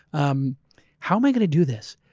um how am i going to do this?